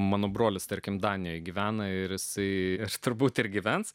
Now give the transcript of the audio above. mano brolis tarkim danėje gyvena ir jisai aš turbūt ir gyvens